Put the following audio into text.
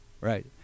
right